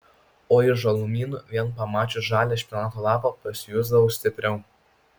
o iš žalumynų vien pamačius žalią špinato lapą pasijusdavau stipriau